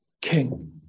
king